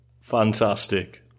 Fantastic